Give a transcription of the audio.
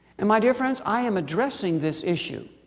and my dear friends, i am addressing this issue,